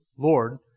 Lord